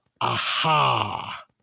aha